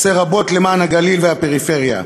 עושה רבות למען הגליל והפריפריה,